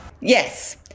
Yes